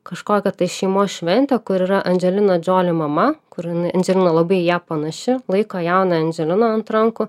kažkokią tai šeimos šventę kur yra andželina džoli mama kur andželina labai ją panaši laiko jauną anželiną ant rankų